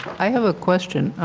i have a question.